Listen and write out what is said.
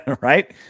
right